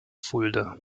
fulda